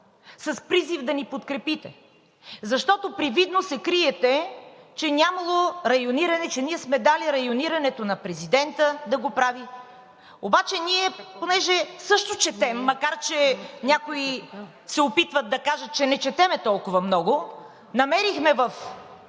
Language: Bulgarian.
с призив да ни подкрепите, защото привидно се криете, че нямало райониране, че ние сме дали районирането на президента да го прави. Обаче ние понеже също четем, макар че някои се опитват да кажат, че не четем толкова много, намерихме в